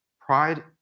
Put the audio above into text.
pride